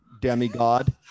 demigod